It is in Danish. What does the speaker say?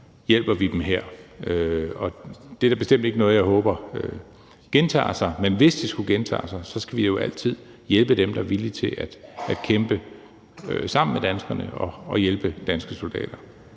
hjælper vi dem her. Og det er da bestemt ikke noget, jeg håber gentager sig, men hvis det skulle gentage sig, skal vi jo altid hjælpe dem, der er villige til at kæmpe sammen med danskerne og hjælpe danske soldater.